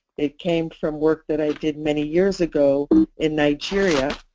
it came from work that i did many years ago in nigeria.